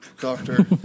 doctor